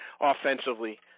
offensively